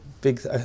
big